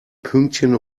pünktchen